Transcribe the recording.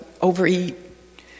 overeat